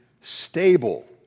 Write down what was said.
stable